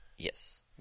Yes